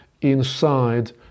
inside